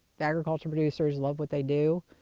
that agriculture producers love what they do.